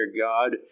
God